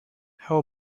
how